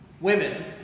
women